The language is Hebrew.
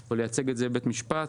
או לייצג בבית משפט.